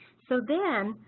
so then,